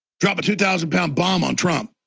drop a two thousand pound bomb on trump.